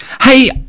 hey